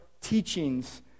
teachings